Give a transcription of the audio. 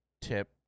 tip